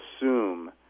assume